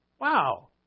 wow